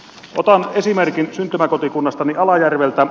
otan esimerkin syntymäkotikunnastani alajärveltä